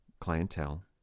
clientele